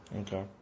Okay